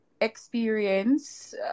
experience